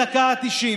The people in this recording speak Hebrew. להתעשת בדקה ה-90,